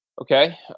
Okay